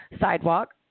sidewalk